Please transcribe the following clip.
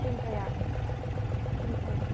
चिन्तयामि चिन्त